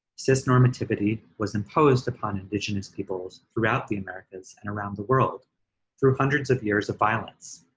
cis-normativity was imposed upon indigenous peoples throughout the americas and around the world through hundreds of years of violence,